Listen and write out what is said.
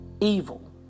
evil